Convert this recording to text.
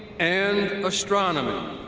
and astronomy.